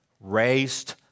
raised